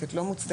לא מוצדקת,